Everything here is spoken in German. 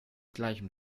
gleichem